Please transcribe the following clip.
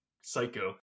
psycho